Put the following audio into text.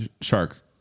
Shark